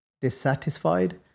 dissatisfied